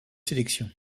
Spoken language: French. sélections